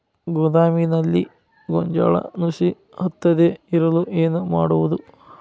ಗೋದಾಮಿನಲ್ಲಿ ಗೋಂಜಾಳ ನುಸಿ ಹತ್ತದೇ ಇರಲು ಏನು ಮಾಡುವುದು?